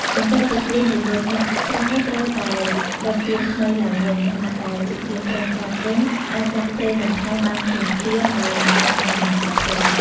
បន្ទាប់ពីទៀនរលត់ អ្នកប្រើត្រូវតែដុតទៀនថ្មីឡើងវិញ ខណៈដែលចង្កៀងប្រេងកាតវិញ អាចដាក់ប្រេងបន្ថែមបានភ្លាមៗ ដោយមិនចាំបាច់បញ្ឈប់ភ្លើង។